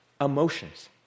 emotions